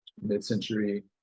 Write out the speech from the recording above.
mid-century